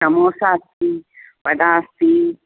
समोसा अस्ति वडा अस्ति